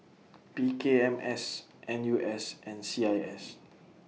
P K M S N U S and C I S